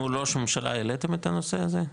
מול ראש הממשלה העליתם את הנושא הזה?